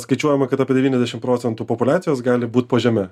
skaičiuojama kad apie devyniasdešim procentų populiacijos gali būt po žeme